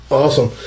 awesome